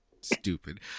Stupid